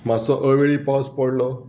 मातसो अवेळी पावस पडलो